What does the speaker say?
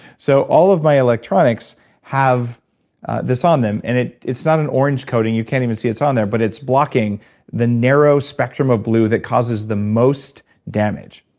so all of my electronics have this on them. and it's not an orange coating, you can't even see it's on there, but it's blocking the narrow spectrum of blue that causes the most damage.